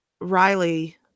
Riley